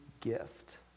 gift